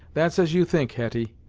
that's as you think, hetty